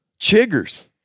Chiggers